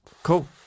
Cool